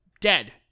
dead